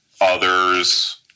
others